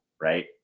right